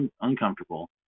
uncomfortable